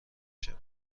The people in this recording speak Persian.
شود